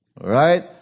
right